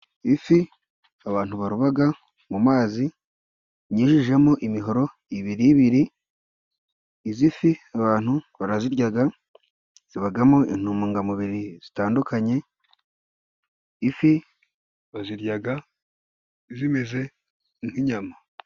Ifi abantu barobaga mu mazi, inyujijemo imihoro ibiri ibiri, izi fi abantu baraziryaga, zibagamo intungamubiri zitandukanye, ifi baziryaga zimeze nk'inyama.